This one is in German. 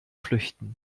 flüchten